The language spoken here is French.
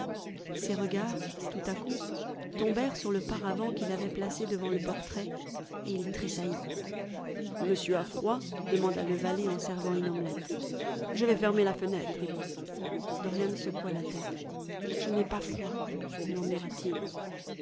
ses regards tout à coup tombèrent sur le paravent qu'il avait placé devant le portrait et il tressaillit monsieur a froid demanda le valet en servant une omelette je vais fermer la fenêtre dorian secoua la tête je n'ai pas froid